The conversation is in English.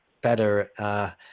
better